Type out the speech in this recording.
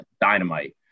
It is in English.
dynamite